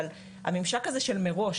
אבל הממשק הזה של מראש,